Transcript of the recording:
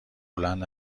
بلند